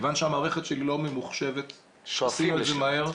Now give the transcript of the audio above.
כיוון שהמערכת שלי לא ממוחשבת שעושים את זה מהר,